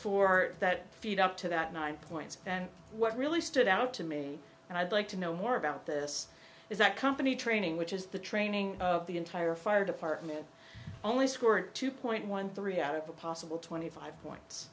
for that feat up to that nine points then what really stood out to me and i'd like to know more about this is that company training which is the training of the entire fire department only scored two point one three out of a possible twenty five points